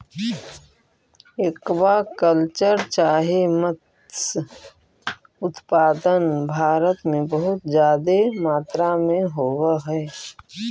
aqua culture चाहे मत्स्य उत्पादन भारत में बहुत जादे मात्रा में होब हई